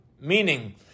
Meaning